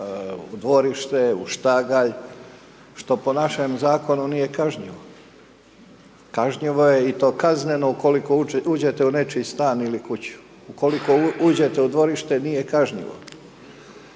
dvorište, u štagalj, što po našem Zakonu nije kažnjivo, kažnjivo je i to kazneno ukoliko uđete u nečiji stan ili kuću. Ukoliko uđete u dvorište, nije kažnjivo.